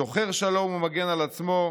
שוחר שלום ומגן על עצמו,